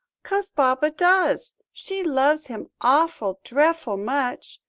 cos baba does. she loves him awful, drefful much,